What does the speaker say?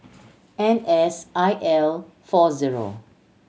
N S I L four zero